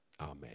Amen